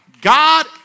God